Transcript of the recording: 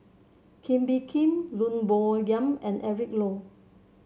Kee Bee Khim Lim Bo Yam and Eric Low